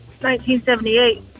1978